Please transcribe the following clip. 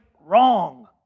wrong